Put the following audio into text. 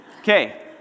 Okay